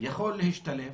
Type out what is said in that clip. יכול להשתלב